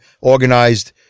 organized